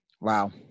Wow